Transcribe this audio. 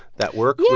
that work.